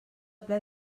ple